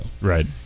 Right